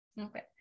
Okay